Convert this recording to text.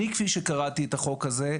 אני, כפי שקראתי את החוק הזה,